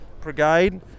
Brigade